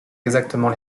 exactement